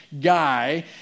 guy